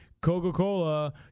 Coca-Cola